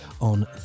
on